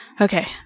Okay